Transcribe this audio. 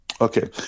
Okay